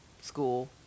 school